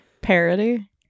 Parody